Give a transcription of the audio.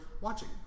watching